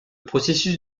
processus